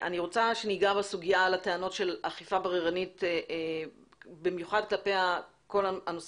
שניגע בטענות של אכיפה בררנית במיוחד כלפי כל הנושא